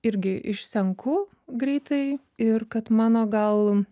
irgi išsenku greitai ir kad mano gal